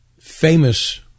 famous